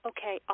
Okay